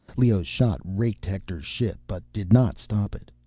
leoh's shot raked hector's ship but did not stop it.